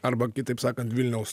arba kitaip sakant vilniaus